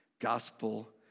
gospel